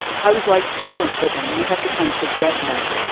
how is life different for them? we have to kind of project that.